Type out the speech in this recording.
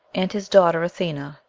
and his daughter athena,